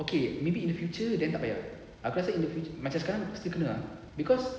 okay maybe in the future then tak payah aku rasa in the future macam sekarang still kena ah cause